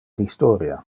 historia